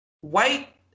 white